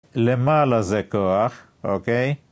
למעלה זה כוח, אוקיי?